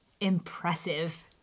impressive